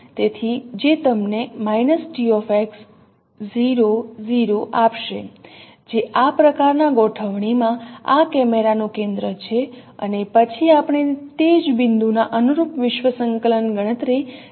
તેથી જે તમને tx 0 0 આપશે જે આ પ્રકારનાં ગોઠવણીમાં આ કેમેરાનું કેન્દ્ર છે અને પછી આપણે તે જ બિંદુના અનુરૂપ વિશ્વ સંકલનની ગણતરી કરી શકીએ છીએ